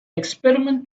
experiment